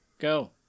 Go